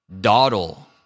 dawdle